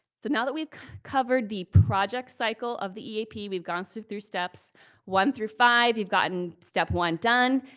so now that we've covered the project cycle of the eap, we've gone through through steps one through five, you've gotten step one done,